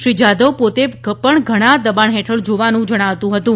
શ્રી જાધવ પોતે પણ ઘણા દબાણ હેઠળ હોવાનું જણાતું હતું